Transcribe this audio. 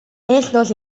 estos